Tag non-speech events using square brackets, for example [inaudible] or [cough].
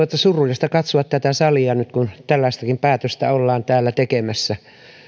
[unintelligible] että on surullista katsoa tätä salia nyt kun tällaistakin päätöstä ollaan täällä tekemässä